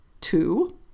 Two